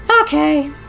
okay